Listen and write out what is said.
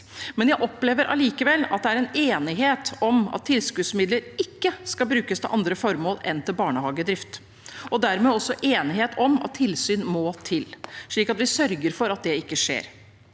Jeg opplever allikevel at det er en enighet om at tilskuddsmidler ikke skal brukes til andre formål enn til barnehagedrift, og dermed også enighet om at tilsyn må til slik at vi sørger for at det ikke skjer.